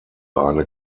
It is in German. eine